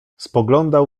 spoglądał